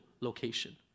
location